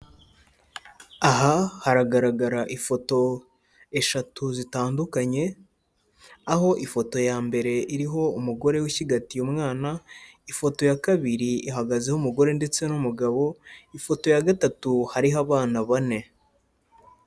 Aha haragaragara ifoto eshatu zitandukanye, aho ifoto ya mbere, iriho umugore wishyigatiye umwana, ifoto ya kabiri, ihagazeho umugore ndetse n'umugabo, ifoto ya gatatu, hariho abana bane.